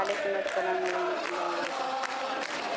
وعلیکم السلام و رحمتہ اللہ برکات